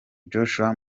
joshua